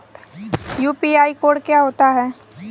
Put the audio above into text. UPI code क्या होता है?